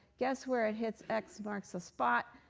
guess where it hits x marks the spot?